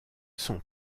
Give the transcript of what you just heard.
son